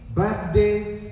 birthdays